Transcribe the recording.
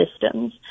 systems